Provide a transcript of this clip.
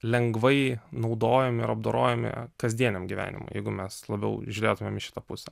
lengvai naudojami ir apdorojami kasdieniam gyvenimui jeigu mes labiau žiūrėtumėm į šitą pusę